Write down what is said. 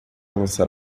lançar